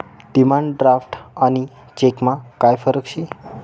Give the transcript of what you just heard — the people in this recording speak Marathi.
डिमांड ड्राफ्ट आणि चेकमा काय फरक शे